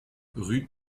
rue